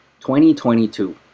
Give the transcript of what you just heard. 2022